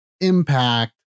impact